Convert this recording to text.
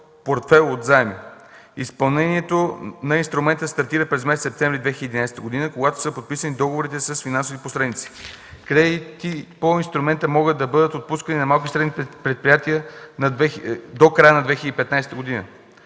портфейл от заеми” – изпълнението на инструмента стартира през месец септември 2011 г., когато са подписани договорите с финансовите посредници. Кредити по инструмента могат да бъдат отпускани на малки и средни предприятия до края на 2015 г.